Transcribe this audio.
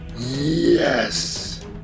Yes